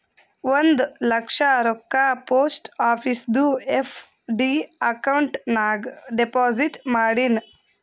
ಒಂದ್ ಲಕ್ಷ ರೊಕ್ಕಾ post ಆಫೀಸ್ದು FD account ನಾಗ್ deposit ಮಾಡಿನ್